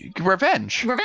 revenge